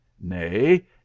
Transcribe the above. Nay